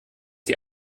die